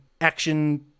action